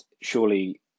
surely